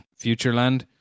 Futureland